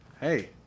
Hey